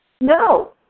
No